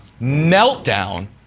meltdown